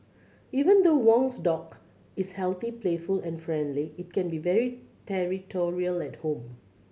even though Wong's dog is healthy playful and friendly it can be very territorial at home